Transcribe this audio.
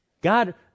God